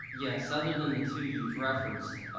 yes. other than the two you've referenced,